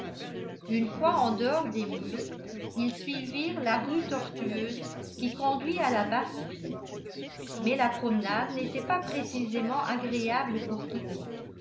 une fois en dehors des murs ils suivirent la rue tortueuse qui conduit à la basse ville mais la promenade n'était pas précisément agréable pour